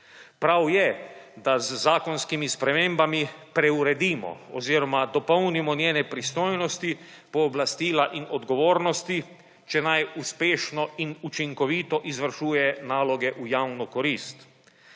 Prav je, da z zakonskimi spremembami preuredimo oziroma dopolnimo njene pristojnosti, pooblastila in odgovornosti, če naj uspešno in učinkovito izvršuje naloge v javno korist.